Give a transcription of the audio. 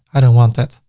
i don't want that.